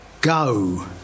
go